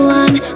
one